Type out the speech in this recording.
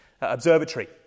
Observatory